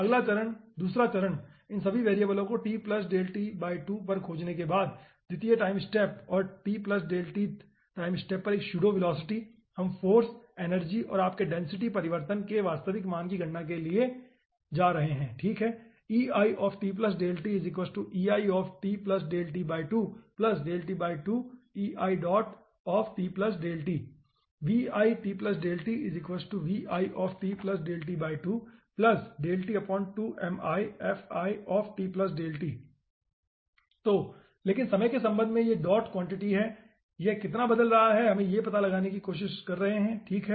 अगला चरण दूसरा चरण इन सभी वेरिएबलों को पर खोजने के बाद द्वितीय टाइम स्टेप और टाइम स्टेप पर एक सूडो वेलोसिटी हम फाॅर्स एनर्जीऔर आपके डेंसिटी परिवर्तन के वास्तविक मान की गणना के लिए जा रहे हैं ठीक है तो लेकिन समय के संबंध में ये डॉट क्वांटिटी हैं यह कितना बदल रहा है कि हम यह पता लगाने की कोशिश कर रहे हैं ठीक है